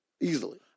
Easily